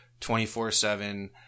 24-7